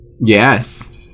Yes